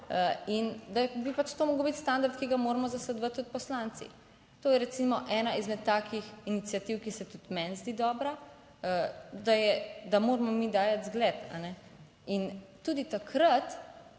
in da bi pač to moral biti standard, ki ga moramo zasledovati tudi poslanci. To je recimo ena izmed takih iniciativ, ki se tudi meni zdi dobra, da je, da moramo mi dajati zgled. In tudi takrat,